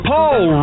Paul